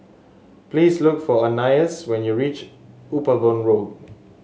please look for Anais when you reach Upavon Road